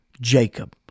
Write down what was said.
Jacob